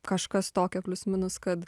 kažkas tokio plius minus kad